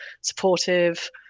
supportive